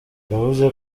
yavuze